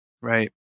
right